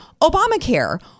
Obamacare